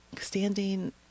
standing